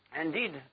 indeed